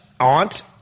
aunt